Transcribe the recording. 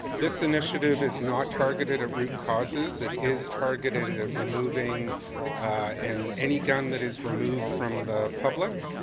this initiative is not targeted at root causes. it is targeted at removing and any gun that is removed from the public